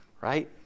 right